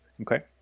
Okay